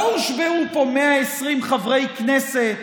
לא הושבעו פה 120 חברי כנסת